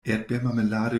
erdbeermarmelade